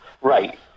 Right